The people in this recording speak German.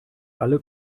alle